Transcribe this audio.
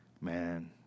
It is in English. Man